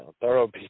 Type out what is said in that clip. thorough